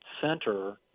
center